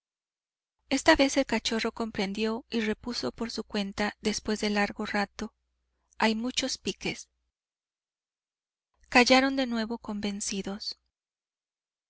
esta vez el cachorro comprendió y repuso por su cuenta después de largo rato hay muchos piques callaron de nuevo convencidos